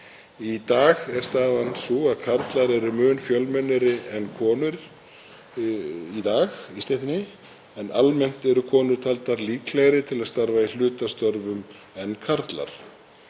Í dag er staðan sú að karlar eru mun fjölmennari en konur í stéttinni en almennt eru konur taldar líklegri til að starfa í hlutastörfum en karlar.